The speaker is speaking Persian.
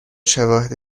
شواهد